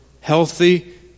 healthy